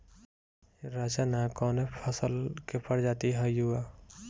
रचना कवने फसल के प्रजाति हयुए?